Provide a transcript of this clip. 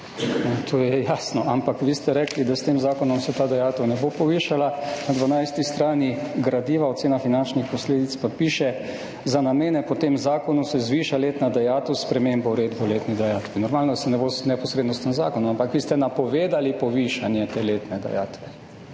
To je jasno, ampak vi ste rekli, da se s tem zakonom ta dajatev ne bo povišala, na 12. strani gradiva, ocena finančnih posledic pa piše: »Za namene po tem zakonu se zviša letna dajatev s spremembo uredbe o letni dajatvi.« Normalno, da se ne bo neposredno s tem zakonom, ampak vi ste napovedali povišanje te letne dajatve,